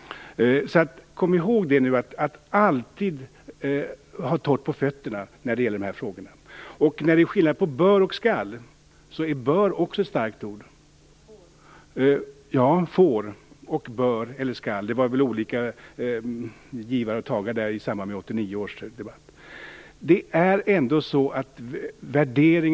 Kom alltså ihåg att alltid ha torrt på fötterna när det gäller de här frågorna. Vad gäller skillnaden på bör och skall är bör också ett starkt ord. Det togs och gavs i 1989 års debatt när det gäller orden får, bör och skall.